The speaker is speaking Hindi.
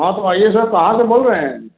आप आइए सर कहाँ से बोल रहे हैं